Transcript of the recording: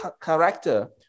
character